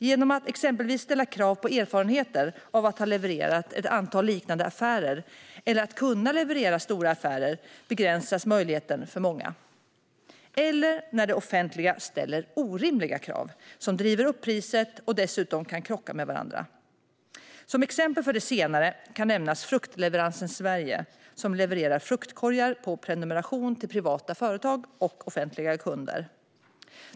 Genom att exempelvis ställa krav på erfarenheter av att ha levererat ett antal liknande affärer eller att kunna leverera stora affärer begränsas möjligheten för många eller när det offentliga ställer orimliga krav, som driver upp priset och dessutom kan krocka med varandra. Som exempel på det senare kan nämnas Fruktleveransen Sverige, som levererar fruktkorgar på prenumeration till privata företag och offentliga kunder.